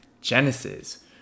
Genesis